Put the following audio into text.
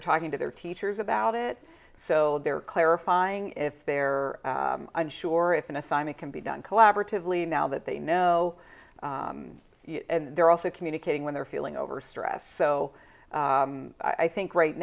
are talking to their teachers about it so they're clarifying if they're unsure if an assignment can be done collaboratively now that they know they're also communicating when they're feeling overstressed so i think right